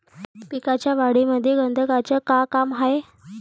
पिकाच्या वाढीमंदी गंधकाचं का काम हाये?